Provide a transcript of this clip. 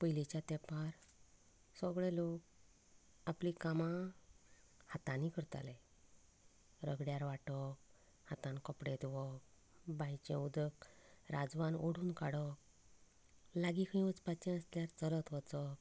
पयलिंच्या तेंपार सगळे लोक आपली कामां हातांनी करताले रगड्यार वांटप हातान कपडे धुवप बांयचें उदक राजवान ओडून काडप लागीं खंय वचपाचें आसल्यार चलत वचप